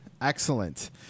Excellent